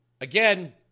Again